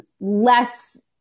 less